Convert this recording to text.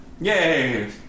Yay